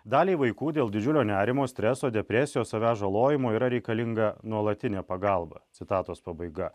daliai vaikų dėl didžiulio nerimo streso depresijos savęs žalojimo yra reikalinga nuolatinė pagalba citatos pabaiga